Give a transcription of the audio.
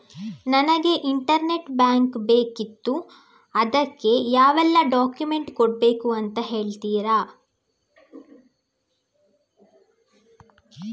ನನಗೆ internet bank ಬೇಕಿತ್ತು ಅದಕ್ಕೆ ಯಾವೆಲ್ಲಾ ಡಾಕ್ಯುಮೆಂಟ್ಸ್ ಕೊಡ್ಬೇಕು ಅಂತ ಹೇಳ್ತಿರಾ?